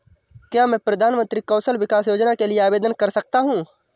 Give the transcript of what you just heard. क्या मैं प्रधानमंत्री कौशल विकास योजना के लिए आवेदन कर सकता हूँ?